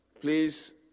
please